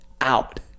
out